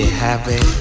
happy